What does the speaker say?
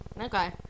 okay